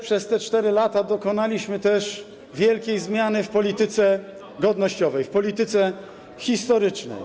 Przez te 4 lata dokonaliśmy też wielkiej zmiany w polityce godnościowej, w polityce historycznej.